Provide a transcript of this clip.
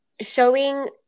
showing